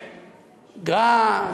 גראס?